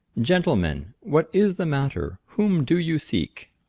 gentlemen, what is the matter? whom do you seek?